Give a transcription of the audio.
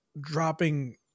dropping